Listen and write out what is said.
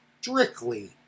strictly